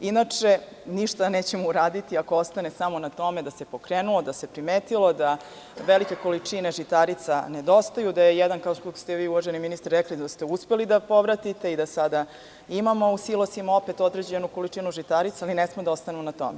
Inače ništa nećemo uraditi ako ostane na tome da se pokrenuo, da se primetilo, da velike količine žitarica nedostaju, da ste jedan, kako ste vi, uvaženi ministre, rekli, uspeli da povratite i da sada imamo u silosima određenu količinu žitarica, ali ne sme da ostane na tome.